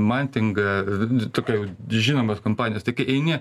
mantinga vidutu tokia žinomos kompanijos tai kai eini